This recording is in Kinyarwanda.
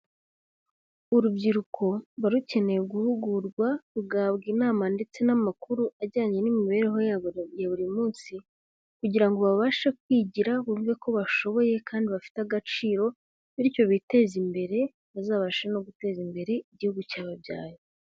Ubyiruko ruba rukeneye guhugurwa rugahabwa inama ndetse n'amakuru ajyanye n'imibereho yabo ya buri munsi kugira ngo babashe kwigira, bumve ko bashoboye kandi bafite agaciro bityo biteze imbere, bazabashe no guteza imbere igihugu cyababyaye.